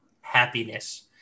happiness